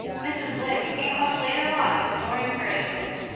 mrs. lynde came up later on with more encouragement.